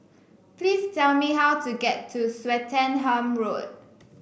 please tell me how to get to Swettenham Road